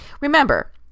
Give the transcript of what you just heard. Remember